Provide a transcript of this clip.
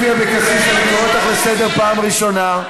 לוי אבקסיס, אני קוראת אותך לסדר פעם ראשונה.